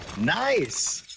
nice